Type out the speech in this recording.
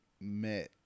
met